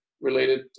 related